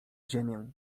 ziemię